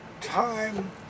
Time